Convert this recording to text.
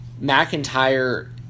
McIntyre